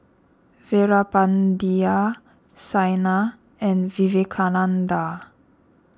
Veerapandiya Saina and Vivekananda